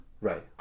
Right